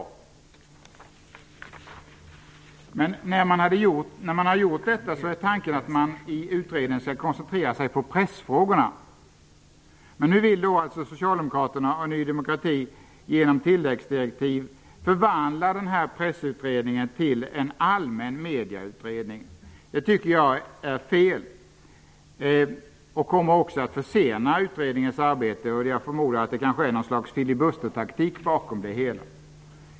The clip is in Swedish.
Tanken är den att utredningen när den har gjort detta skall koncentrera sig på pressfrågorna. Nu vill dock Socialdemokraterna och Ny demokrati genom tilläggsdirektiv förvandla Pressutredningen till en allmän medieutredning. Jag menar att detta är felaktigt och även kommer att försena utredningens arbete. Jag förmodar att det är något slags filibustertaktik bakom det hela.